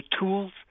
tools